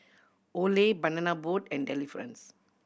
Olay Banana Boat and Delifrance